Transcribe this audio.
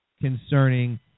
concerning